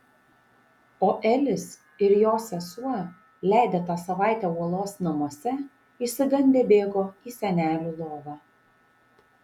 o elis ir jo sesuo leidę tą savaitę uolos namuose išsigandę bėgo į senelių lovą